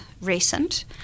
recent